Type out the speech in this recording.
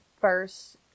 first